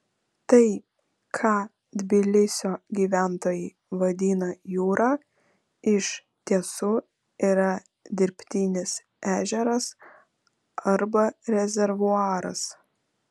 tai ką tbilisio gyventojai vadina jūra iš tiesų yra dirbtinis ežeras arba rezervuaras